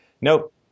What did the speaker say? Nope